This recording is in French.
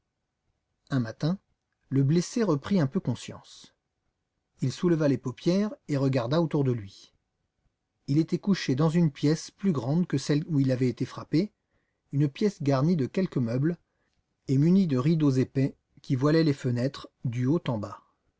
un matin le blessé reprit un peu conscience il souleva les paupières et regarda autour de lui il était couché dans une pièce plus grande que celle où il avait été frappé une pièce garnie de quelques meubles et munie de rideaux épais qui voilaient les fenêtres du haut en bas